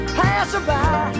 passerby